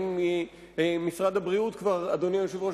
אדוני היושב-ראש,